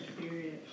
Period